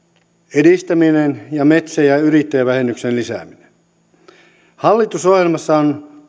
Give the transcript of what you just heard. edistäminen ja metsä ja ja yrittäjävähennyksen lisääminen hallitusohjelmassa on